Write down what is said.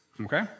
okay